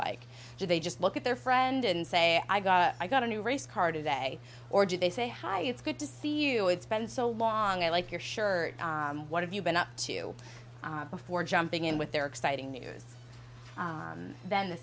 like do they just look at their friend and say i got i got a new race card today or did they say hi it's good to see you it's been so long i like your shirt what have you been up to before jumping in with their exciting news then the